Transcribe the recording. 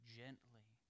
gently